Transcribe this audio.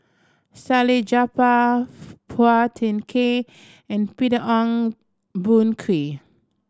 Salleh Japar Phua Thin Kiay and Peter Ong Boon Kwee